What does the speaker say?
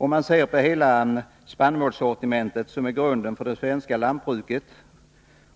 Om man ser på hela spannmålssortimentet, som är grunden för det svenska lantbruket